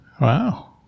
Wow